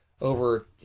over